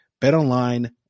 BetOnline